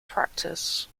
practice